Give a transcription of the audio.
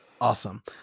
Awesome